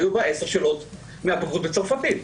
היו בה עשר שאלות מהבגרות בצרפתית.